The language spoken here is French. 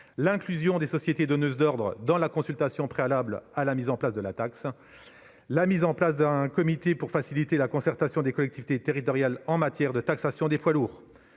l'inclusion des sociétés donneuses d'ordre dans la consultation préalable à l'instauration de la taxe, la création d'un comité pour faciliter la concertation des collectivités territoriales en matière de taxation des poids lourds.